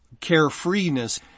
carefreeness